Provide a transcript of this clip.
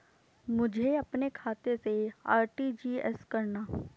मुझे अपने खाते से आर.टी.जी.एस करना?